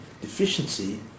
deficiency